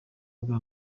bwa